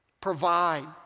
Provide